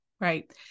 right